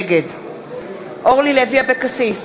נגד אורלי לוי אבקסיס,